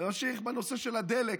זה ממשיך בנושא של הדלק.